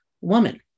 woman